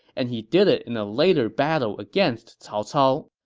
and he did it in a later battle against cao cao.